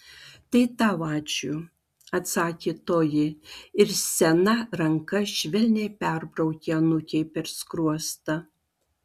tai tau ačiū atsakė toji ir sena ranka švelniai perbraukė anūkei per skruostą